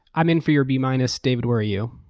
um in for your b minus. david, where are you?